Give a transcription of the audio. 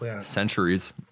Centuries